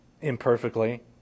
imperfectly